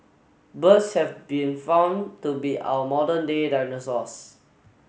birds have been found to be our modern day dinosaurs